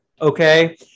okay